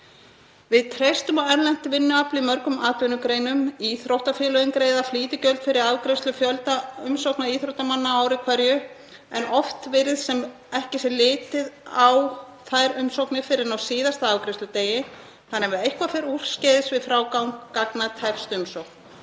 Við treystum á erlent vinnuafl í mörgum atvinnugreinum. Íþróttafélögin greiða flýtigjald fyrir afgreiðslu fjölda umsókna íþróttamanna á ári hverju, en oft virðist sem ekki sé litið á þær umsóknir fyrr en á síðasta afgreiðsludegi þannig að ef eitthvað fer úrskeiðis við frágang gagna tefst umsókn